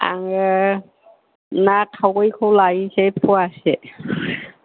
आङो ना खावैखौ लायनोसै फवासे